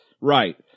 Right